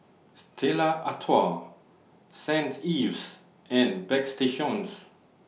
Stella Artois Saint Ives and Bagstationz